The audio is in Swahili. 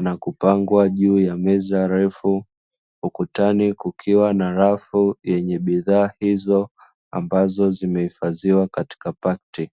na kupangwa juu ya meza refu; ukutani kukiwa na rafu yenye bidhaa hizo ambazo zimehifadhiwa katika pakti.